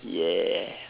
ya